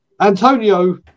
Antonio